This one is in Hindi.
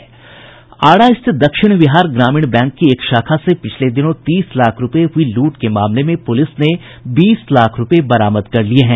आरा स्थित दक्षिण बिहार ग्रामीण बैंक की एक शाखा से पिछले दिनों तीस लाख रूपये हुई लूट के मामले में पुलिस ने बीस लाख रूपये बरामद कर लिये हैं